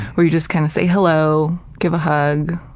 where you just kind of say hello, give a hug,